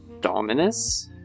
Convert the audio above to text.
Dominus